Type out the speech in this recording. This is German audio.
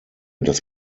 dass